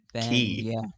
Key